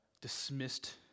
dismissed